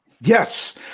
Yes